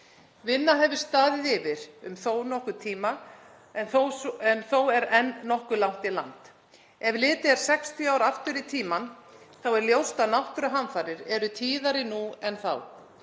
Vinna hefur staðið yfir um þó nokkurn tíma en þó er enn nokkuð langt í land. Ef litið er 60 ár aftur í tímann er ljóst að náttúruhamfarir eru tíðari nú en þá.